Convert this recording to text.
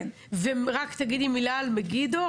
רק תגידי מילה על מגידו,